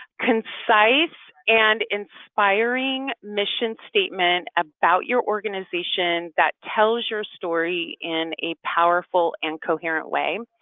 concise and inspiring mission statement about your organization that tells your story in a powerful and coherent way.